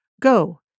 Go